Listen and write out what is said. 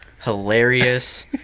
hilarious